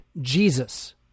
Jesus